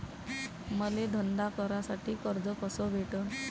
मले धंदा करासाठी कर्ज कस भेटन?